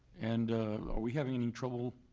and are we having any trouble?